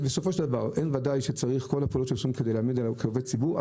בוודאי צריך לקדם את כל הפעולות שעושים כדי להכיר בנהגים כעובדי ציבור.